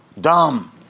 dumb